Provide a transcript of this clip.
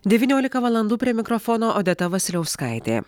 devyniolika valandų prie mikrofono odeta vasiliauskaitė